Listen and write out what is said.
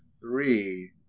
three